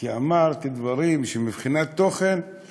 כי אמרת דברים שמבחינת תוכן הם